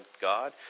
God